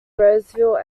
roseville